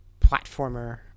platformer